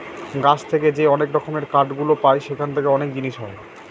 গাছ থেকে যে অনেক রকমের কাঠ গুলো পায় সেখান থেকে অনেক জিনিস হয়